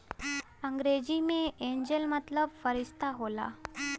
अंग्रेजी मे एंजेल मतलब फ़रिश्ता होला